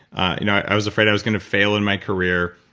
i was afraid i was going to fail in my career.